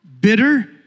bitter